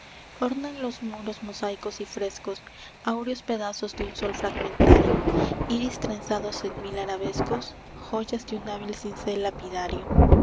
ornan los muros mosaicos y frescos áureos pedazos de un sol fragmentario iris trenzados en mil arabescos joyas de un hábil cincel lapidario